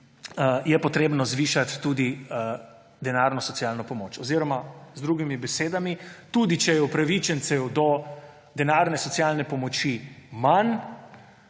potrebno zvišati denarno socialno pomoč. Oziroma z drugimi besedami: tudi če je upravičencev do denarne socialne pomoči manj,